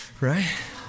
right